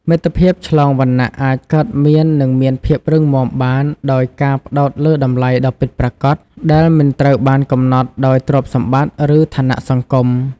មិត្តភាពឆ្លងវណ្ណៈអាចកើតមាននិងមានភាពរឹងមាំបានដោយការផ្តោតលើតម្លៃដ៏ពិតប្រាកដដែលមិនត្រូវបានកំណត់ដោយទ្រព្យសម្បត្តិឬឋានៈសង្គម។